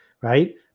right